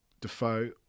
Defoe